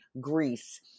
Greece